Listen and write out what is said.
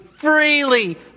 freely